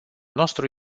nostru